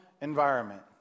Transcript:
environment